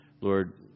Lord